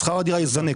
שכר הדירה יזנק.